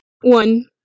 One